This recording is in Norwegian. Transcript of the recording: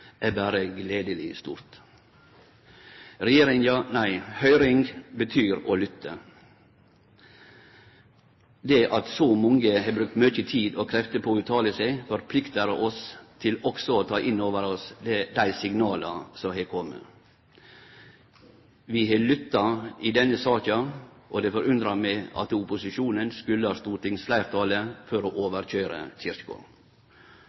er berre gledeleg stort. Høyring betyr å lytte. Det at så mange har brukt mykje tid og krefter på å uttale seg, forpliktar oss til også å ta inn over oss dei signala som har kome. Vi har lytta i denne saka, og det forundrar meg at opposisjonen skuldar stortingsfleirtalet for å